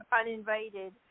uninvited